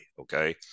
okay